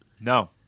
no